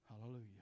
Hallelujah